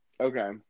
Okay